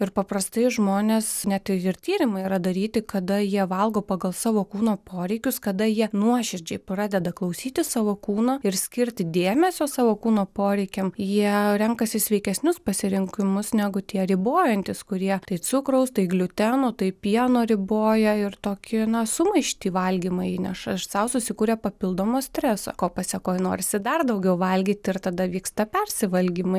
ir paprastai žmonės net ir tyrimai yra daryti kada jie valgo pagal savo kūno poreikius kada jie nuoširdžiai pradeda klausyti savo kūno ir skirti dėmesio savo kūno poreikiam jie renkasi sveikesnius pasirinkimus negu tie ribojantys kurie tai cukraus tai gliuteno tai pieno riboja ir tokį na sumaištį valgymą įneša sau susikuria papildomo streso ko pasėkoj norisi dar daugiau valgyt ir tada vyksta persivalgymai